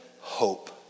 hope